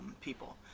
people